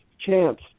chance